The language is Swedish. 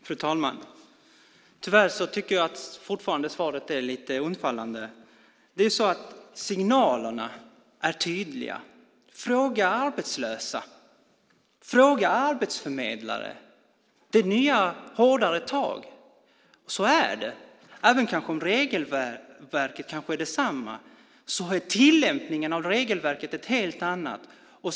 Fru talman! Tyvärr tycker jag fortfarande att svaret är lite undfallande. Signalerna är tydliga. Fråga arbetslösa och arbetsförmedlare. Det är nya och hårdare tag. Så är det. Även om kanske regelverket är detsamma har tillämpningen av regelverket blivit en helt annan.